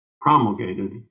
promulgated